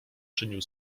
czynił